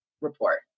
report